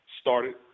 started